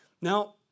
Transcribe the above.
Now